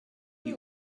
die